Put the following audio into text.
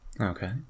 Okay